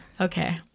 Okay